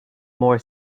more